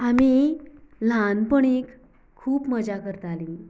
आमी लहानपणी खूब मजा करताली